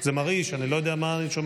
זה מרעיש, אני לא יודע מה אני שומע.